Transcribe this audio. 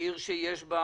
היא עיר שיש בה